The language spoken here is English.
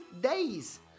days